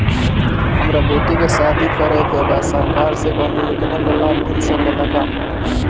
हमर बेटी के शादी करे के बा सरकार के कवन सामाजिक योजना से लाभ मिल सके ला?